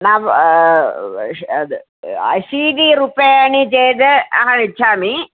न अशीतिरूप्यकाणि चेत् अहम् इच्छामि